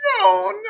No